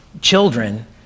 children—